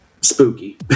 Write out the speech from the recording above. spooky